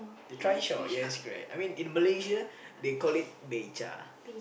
the trishaw yes correct I mean in Malaysia they call it beca